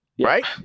Right